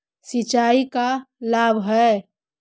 सिंचाई का लाभ है?